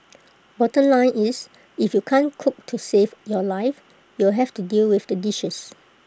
bottom line is if you can't cook to save your life you'll have to deal with the dishes